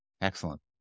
Excellent